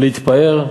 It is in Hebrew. להתפאר.